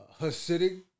Hasidic